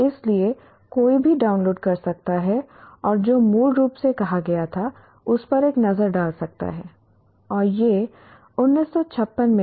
इसलिए कोई भी डाउनलोड कर सकता है और जो मूल रूप से कहा गया था उस पर एक नज़र डाल सकता है और यह 1956 में था